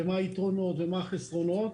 ומה היתרונות והחסרונות.